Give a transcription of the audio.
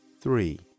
three